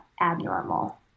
abnormal